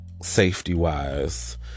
safety-wise